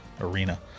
arena